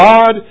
God